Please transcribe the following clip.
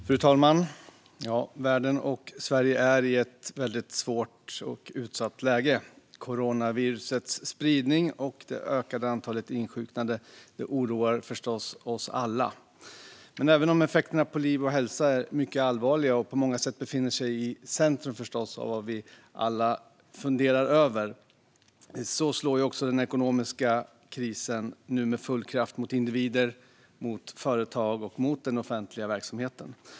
Fru talman! Världen och Sverige är i ett väldigt svårt och utsatt läge. Coronavirusets spridning och det ökade antalet insjuknade oroar förstås oss alla. Men även om effekterna på liv och hälsa nu är mycket allvarliga och står i centrum för vad vi alla funderar över slår också den ekonomiska krisen nu med full kraft mot individer, företag och offentlig verksamhet.